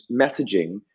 messaging